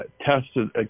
Tested